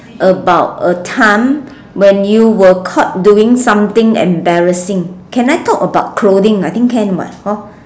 about a time when you were caught doing something embarrassing can I talk about clothing I think can [what] hor